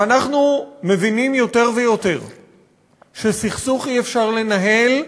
ואנחנו מבינים יותר ויותר שסכסוך אי-אפשר לנהל,